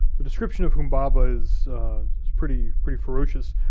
the description of humbaba is pretty pretty ferocious,